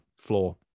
floor